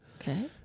Okay